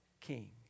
king